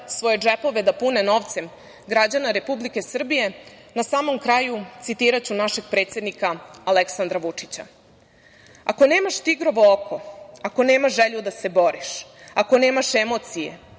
svoje džepove da pune novcem građana Republike Srbije, na samom kraju citiraću našeg predsednika Aleksandra Vučića: „Ako nemaš tigrovo oko, ako nemaš želju da se boriš, ako nemaš emocije,